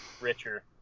Richer